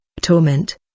torment